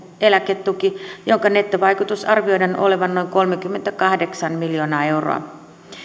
eläketuki jonka nettovaikutuksen arvioidaan olevan noin kolmekymmentäkahdeksan miljoonaa euroa